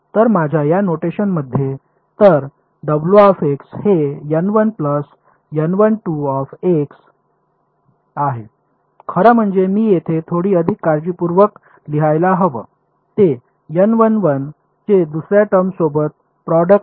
तर माझ्या या नोटेशन मध्ये तर हे आहे खरं म्हणजे मी इथे थोडी अधिक काळजीपूर्वक लिहायला हव ते चे दुसऱ्या टर्म सोबत प्रोडक्ट आहे